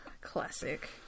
Classic